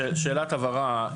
שאלת הבהרה.